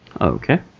Okay